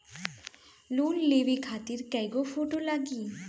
Loan लेवे खातिर कै गो फोटो लागी?